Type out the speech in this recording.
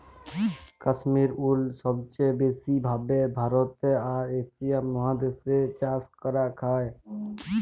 কাশ্মির উল সবচে ব্যাসি ভাবে ভারতে আর এশিয়া মহাদেশ এ চাষ করাক হয়ক